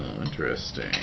Interesting